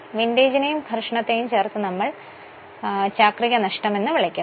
വിന്റേജിനെയും ഘർഷണത്തെയും ചേർത്തു നമ്മൾ ചാക്രിക നഷ്ടമെന്നു വിളിക്കുന്നു